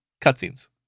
cutscenes